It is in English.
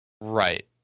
Right